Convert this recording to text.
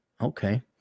Okay